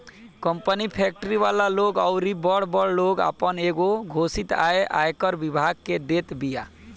company, factory वाला लोग अउरी बड़ बड़ लोग आपन एगो घोषित आय आयकर विभाग के देत बिया